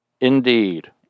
Indeed